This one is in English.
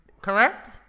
correct